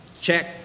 check